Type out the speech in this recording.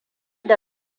da